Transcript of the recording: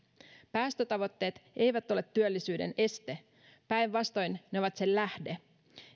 päästötavoitteet eivät ole työllisyyden este päinvastoin ne ovat sen lähde